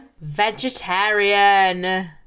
Vegetarian